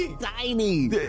Tiny